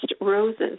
roses